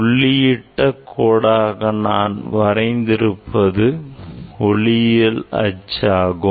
புள்ளியிட்ட கோடாக நான் வரைந்து இருப்பது ஒளியியல் அச்சாகும்